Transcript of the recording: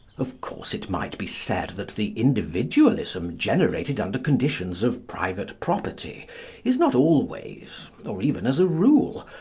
of course, it might be said that the individualism generated under conditions of private property is not always, or even as a rule,